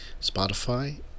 Spotify